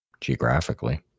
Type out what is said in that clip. geographically